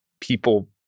people